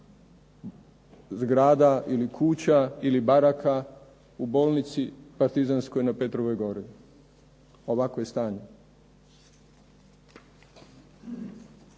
zgrada ili kuća ili baraka u bolnici partizanskoj na Petrovoj gori. Ovakvo je stanje.